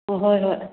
ꯑꯣ ꯍꯣꯏ ꯍꯣꯏ